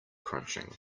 crunching